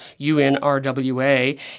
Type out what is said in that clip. UNRWA